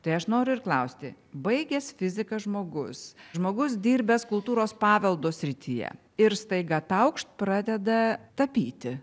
tai aš noriu ir klausti baigęs fiziką žmogus žmogus dirbęs kultūros paveldo srityje ir staiga taukšt pradeda tapyti